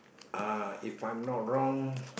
uh if I'm not wrong